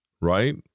Right